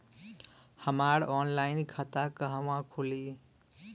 हमार ऑनलाइन खाता कहवा खुली?